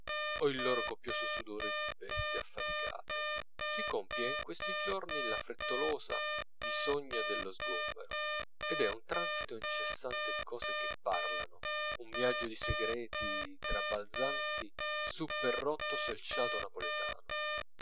o il loro copioso sudore di bestie affaticate si compie di questi giorni la frettolosa bisogna dello sgombero ed è un transito incessante di cose che parlano un viaggio di segreti trabalzanti su pel rotto selciato napoletano